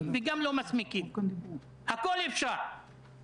תגידו במפורש שכל תכלית התיקון היא לגבות את המציאות הזו של שוחד,